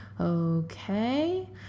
Okay